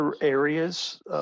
areas